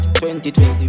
2020